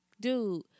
dude